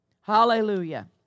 Hallelujah